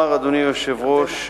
אדוני היושב-ראש,